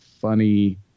funny